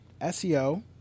SEO